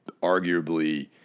arguably